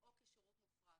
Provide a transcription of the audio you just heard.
או כשירות מופרט.